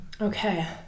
Okay